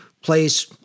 place